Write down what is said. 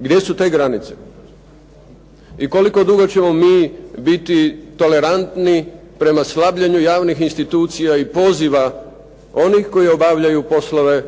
Gdje su te granice? I koliko dugo ćemo mi biti tolerantni prema slabljenju javnih institucija i poziva onih koji obavljaju poslove